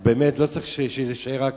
לא צריך שהיא תישאר רק